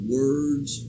words